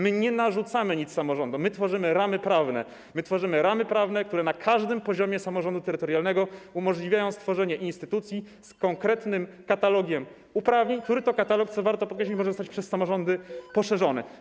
My nie narzucamy nic samorządom, my tworzymy ramy prawne, które na każdym poziomie samorządu terytorialnego umożliwiają stworzenie instytucji z konkretnym katalogiem uprawnień, który to katalog, co warto podkreślić, może zostać przez samorządy poszerzony.